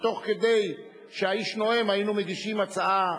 שתוך כדי שהאיש נואם היינו מגישים הצעה,